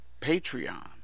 Patreon